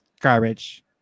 garbage